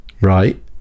Right